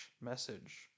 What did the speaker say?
message